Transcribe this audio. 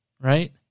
right